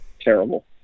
Terrible